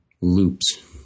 loops